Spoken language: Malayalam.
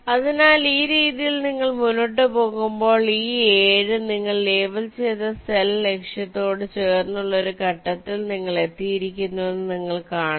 അതിനാൽ ഈ രീതിയിൽ നിങ്ങൾ മുന്നോട്ട് പോകുമ്പോൾ ഈ 7 നിങ്ങൾ ലേബൽ ചെയ്ത സെൽ ലക്ഷ്യത്തോട് ചേർന്നുള്ള ഒരു ഘട്ടത്തിൽ നിങ്ങൾ എത്തിയിരിക്കുന്നുവെന്ന് നിങ്ങൾ കാണുന്നു